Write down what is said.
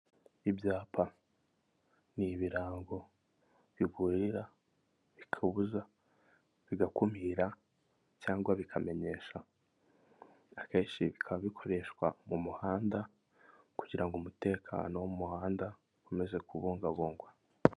Ibyapa ni ibirango biburira bikabuza bigakumira cyangwa bikamenyesha, akenshi bikaba bikoreshwa mu muhanda, kugira ngo umutekano wo mu muhanda ukomeze kubungabungwa.